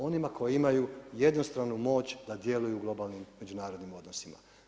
Onima koji imaju jednostranu moć da djeluju u globalnim međunarodnim odnosima.